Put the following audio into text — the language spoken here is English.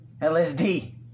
LSD